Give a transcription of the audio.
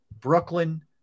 Brooklyn